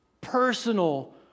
personal